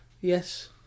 Yes